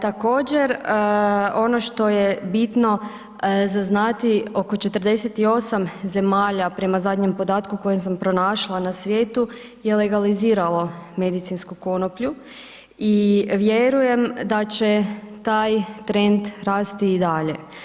Također ono što je bitno za znati, oko 48 zemalja prema zadnjem podatku koji sam pronašla, na svijetu je legaliziralo medicinsku konoplju i vjerujem da će taj trend rast i dalje.